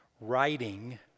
writing